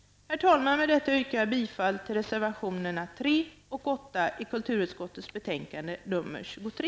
Herr talman! Med detta yrkar jag bifall till reservationerna 3 och 8 i kulturutskottets betänkande nr 23.